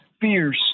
fierce